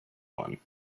one